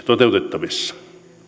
toteutettavissa